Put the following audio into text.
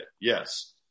Yes